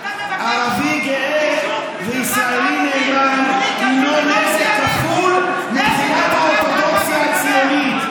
הינו נזק כפול מבחינת האורתודוקסיה הציונית.